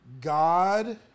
God